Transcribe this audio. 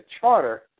charter